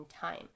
time